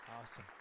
Awesome